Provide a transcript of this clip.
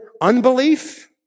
unbelief